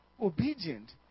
obedient